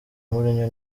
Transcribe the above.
mourinho